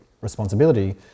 responsibility